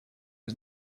was